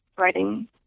writing